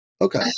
Okay